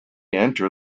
enter